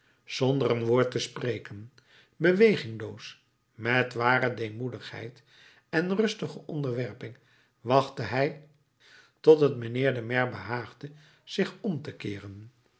zonder een woord te spreken bewegingloos met ware deemoedigheid en rustige onderwerping wachtte hij tot het mijnheer den maire behaagde zich om te keeren